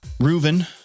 Reuven